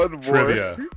trivia